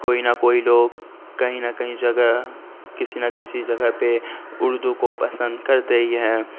کوئی نہ کوئی لوگ کہیں نہ کہیں جگہ کسی نہ کسی جگہ پہ اردو کو پسند کرتے ہی ہیں